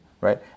right